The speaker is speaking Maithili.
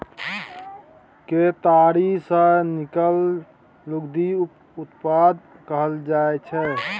केतारी सँ निकलल लुगदी उप उत्पाद कहल जाइ छै